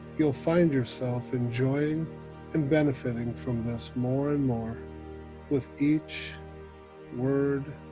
you'll find yourself enjoying and benefitting from this more and more with each word,